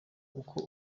uko